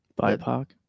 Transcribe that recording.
BIPOC